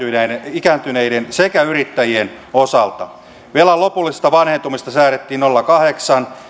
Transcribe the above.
ikääntyneiden sekä yrittäjien osalta velan lopullisesta vanhentumisesta säädettiin nolla kahdeksan